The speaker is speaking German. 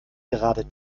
gerade